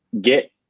get